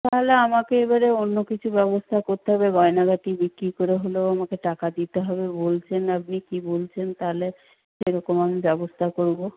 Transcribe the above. তাহলে আমাকে এবারে অন্য কিছু ব্যবস্থা করতে হবে গয়নাগাটি বিক্রি করে হলেও আমাকে টাকা দিতে হবে বলছেন আপনি কী বলছেন তাহলে এরকম আমি ব্যবস্থা করব